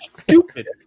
stupid